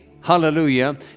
Hallelujah